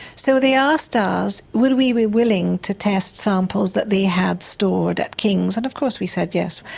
so they asked us would we be willing to test samples that they had stored at king's and of course we said yes.